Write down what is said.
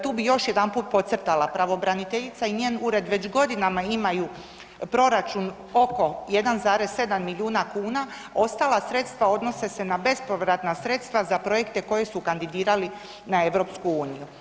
Tu bih još jedanput podcrtala, pravobraniteljica i njen ured već godinama imaju proračun oko 1,7 milijuna kuna, ostala sredstva odnose se na bespovratna sredstva za projekte koji su kandidirali na EU.